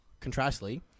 contrastly